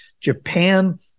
Japan